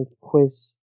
quiz